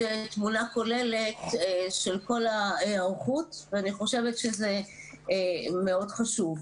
תמונה כוללת של כל ההיערכות ואני חושבת שזה מאוד חשוב.